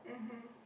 mmhmm